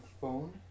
phone